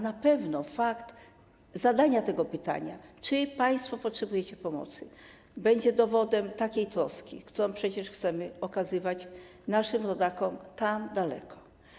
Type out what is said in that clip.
Na pewno zadanie pytania: czy państwo potrzebujecie pomocy, będzie dowodem troski, którą przecież chcemy okazywać naszym rodakom tam daleko.